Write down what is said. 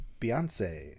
Beyonce